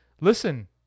Listen